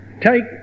Take